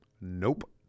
Nope